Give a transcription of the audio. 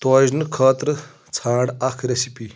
توجنہٕ خٲطرٕ ژھانٛڈ اکھ رِیسِپی